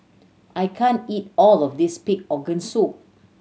I can't eat all of this pig organ soup